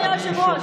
אדוני היושב-ראש.